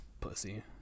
Pussy